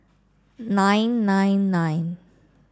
nine nine nine